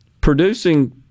producing